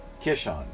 Kishon